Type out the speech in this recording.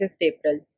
April